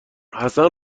حسن